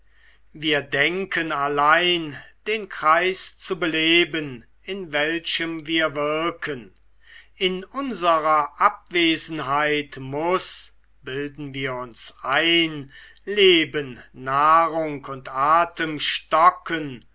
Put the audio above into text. wir denken allein den kreis zu beleben in welchem wir wirken in unserer abwesenheit muß bilden wir uns ein leben nahrung und atem stocken